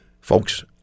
Folks